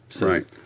right